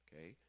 Okay